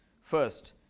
First